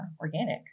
organic